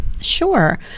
Sure